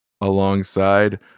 alongside